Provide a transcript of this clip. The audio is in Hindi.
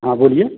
हाँ बोलिए